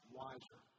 wiser